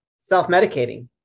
Self-medicating